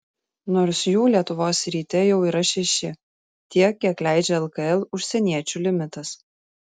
nors jų lietuvos ryte jau yra šeši tiek kiek leidžia lkl užsieniečių limitas